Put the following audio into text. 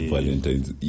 Valentine's